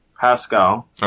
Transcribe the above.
Pascal